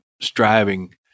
striving